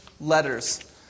letters